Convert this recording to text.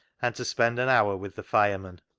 and to spend an hour with the fireman.